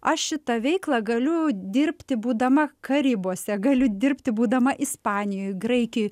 aš šitą veiklą galiu dirbti būdama karibuose galiu dirbti būdama ispanijoj graikijoj